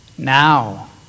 Now